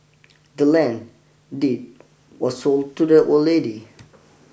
the land deed was sold to the old lady